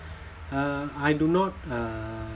uh I do not uh